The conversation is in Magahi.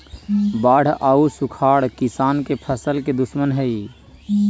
बाढ़ आउ सुखाड़ किसान के फसल के दुश्मन हइ